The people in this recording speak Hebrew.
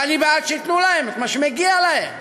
ואני בעד שייתנו להם את מה שמגיע להם.